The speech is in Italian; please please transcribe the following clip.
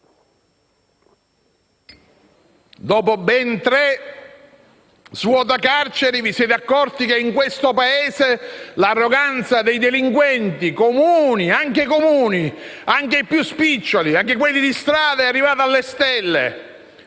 Dopo ben tre decreti svuotacarceri vi siete accorti che in questo Paese l'arroganza dei delinquenti, anche quelli comuni, anche i più spiccioli, anche di quelli di strada, è arrivata alle stelle.